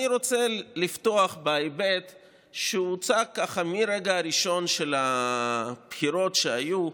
אני רוצה לפתוח בהיבט שהוצג מהרגע הראשון של הבחירות שהיו.